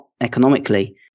economically